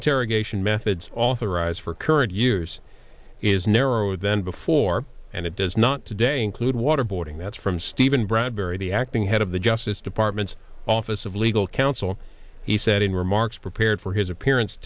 interrogation methods authorized for current years is narrower than before and it does not today include waterboarding that's from steven bradbury the acting head of the justice department's office of legal counsel he said in remarks prepared for his appearance